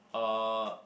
uh